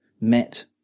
met